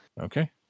Okay